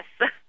yes